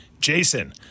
Jason